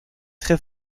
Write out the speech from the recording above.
très